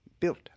Built